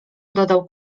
dodał